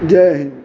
Jay Hind